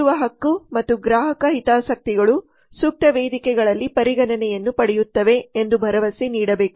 ಕೇಳುವ ಹಕ್ಕು ಮತ್ತು ಗ್ರಾಹಕ ಹಿತಾಸಕ್ತಿಗಳು ಸೂಕ್ತ ವೇದಿಕೆಗಳಲ್ಲಿ ಪರಿಗಣನೆಯನ್ನು ಪಡೆಯುತ್ತವೆ ಎಂದು ಭರವಸೆ ನೀಡಬೇಕು